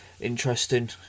interesting